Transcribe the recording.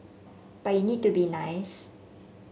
but you need to be nice